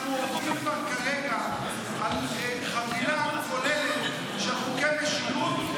אנחנו עובדים כרגע על חבילה כוללת של חוקי משילות,